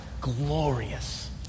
glorious